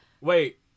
Wait